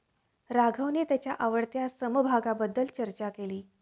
राघवने त्याच्या आवडत्या समभागाबद्दल चर्चा केली